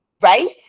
right